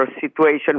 situation